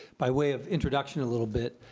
by way of introduction a little bit,